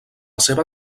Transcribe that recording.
seva